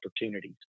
opportunities